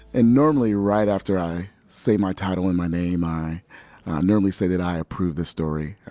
and normally, right after i say my title and my name, i normally say that i approve this story. um,